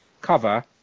cover